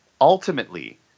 ultimately